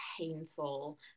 painful